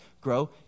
grow